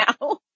now